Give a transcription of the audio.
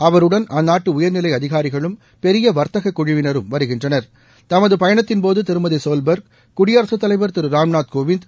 அவருடன் அந்நாட்டு உயர்நிலை அதிகாரிகளும் பெரிய வர்த்தக குழுவினரும் வருகின்றனர் தமது பயணத்தின்போது திருமதி சோல்பெர்க் குடியரசுத் தலைவர் திரு ராம்நாத் கோவிந்த்